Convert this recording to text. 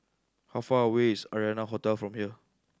how far away is Arianna Hotel from here